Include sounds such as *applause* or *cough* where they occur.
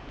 *breath*